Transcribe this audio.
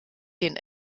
den